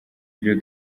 ibyo